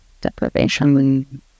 deprivation